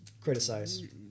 criticize